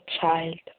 child